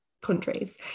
countries